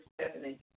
Stephanie